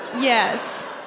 Yes